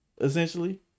essentially